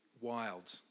wild